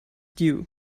due